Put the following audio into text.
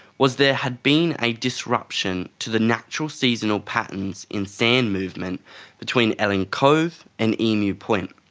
was there had been a disruption to the natural seasonal patterns in sand movement between ellen cove and emu point.